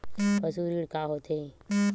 पशु ऋण का होथे?